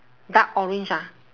dark orange ah